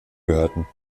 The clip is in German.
gehörten